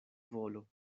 volo